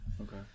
Okay